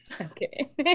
Okay